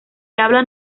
hablan